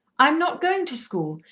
i'm not going to school.